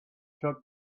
took